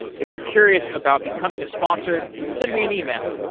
if you're curious about becoming a sponsor, send me an email,